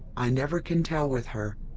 i never can tell with her.